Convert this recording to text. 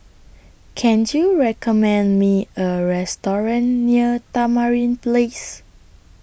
Can YOU recommend Me A Restaurant near Tamarind Place